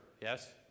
Yes